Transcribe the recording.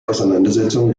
auseinandersetzung